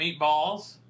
Meatballs